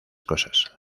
cosas